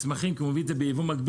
מסמכים כי הוא מביא את זה בייבוא מקביל,